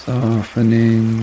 softening